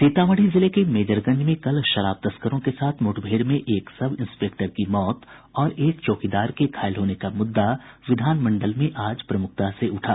सीतामढ़ी जिले के मेजरगंज में कल शराब तस्करों के साथ मुठभेड़ में एक सब इंस्पेक्टर की मौत और एक चौकीदार के घायल होने का मुद्दा विधानमंडल में आज प्रमुखता से उठा